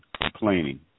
complaining